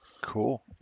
cool